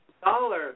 dollar